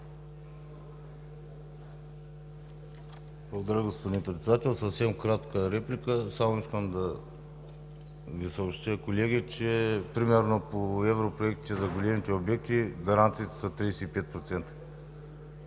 Благодаря, господин Председател. Съвсем кратка реплика. Само искам да Ви съобщя, колеги, че примерно по европроектите за големите обекти гаранциите са 35%.